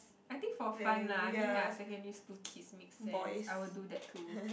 I think for fun lah I mean they are secondary school kids make sense I will do that too